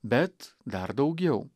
bet dar daugiau